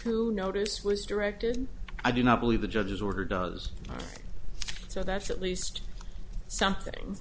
to notice was directed i do not believe the judge's order does so that's at least something